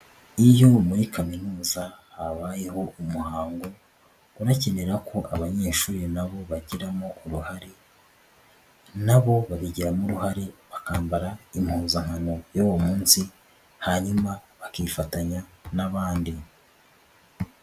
Iyo muri kaminuza habayeho umuhango unakenera ko abanyeshuri na bo bagiramo uruhare na bo babigiramo uruhare bakambara impuzankano y'uwo munsi hanyuma bakifatanya n'abandi.